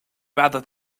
rather